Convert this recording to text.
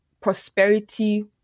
prosperity